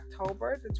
October